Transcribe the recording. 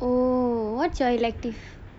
oh what's your elective